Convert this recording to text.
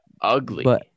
ugly